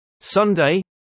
Sunday